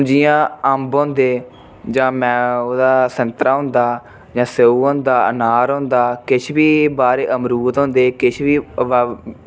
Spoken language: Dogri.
हून जियां अम्ब होंदे जां मै ओह्दा संतरा होंदा जां स्येऊ होंदा अनार होंदा किश बी बह्रे अमरुद होंदे किश बी